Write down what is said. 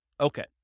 Okay